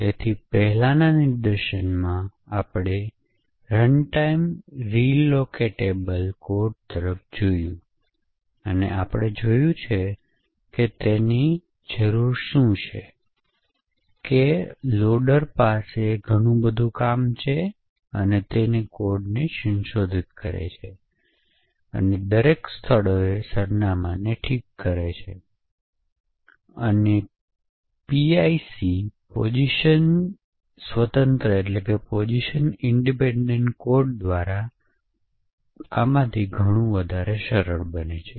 તેથી પહેલાનાં નિદર્શનમાં આપણે રનટાઈમ રિલોકેટેબલ કોડ તરફ જોયું અને આપણે જોયું છે કે તેને જરૂરી છે કે લોડર પાસે ઘણું બધું કામ છે અને તેને કોડને સંશોધિત કરે છે અને દરેક સ્થળોએ સરનામાંને ઠીક કરે છે અને પીઆઈસી પોઝિશન સ્વતંત્ર કોડ દ્વારા આમાંથી ઘણું વધારે સરળ બને છે